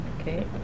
Okay